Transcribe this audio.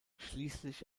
schließlich